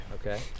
okay